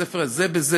בספר הזה?